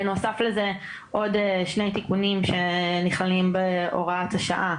בנוסף לזה עוד שני תיקונים שנכללים בהוראת השעה,